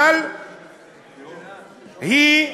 אבל היא,